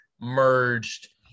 merged